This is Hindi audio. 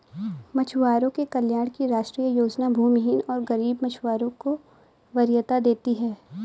मछुआरों के कल्याण की राष्ट्रीय योजना भूमिहीन और गरीब मछुआरों को वरीयता देती है